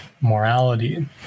morality